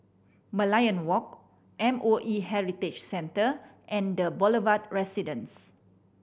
Merlion Walk M O E Heritage Centre and The Boulevard Residence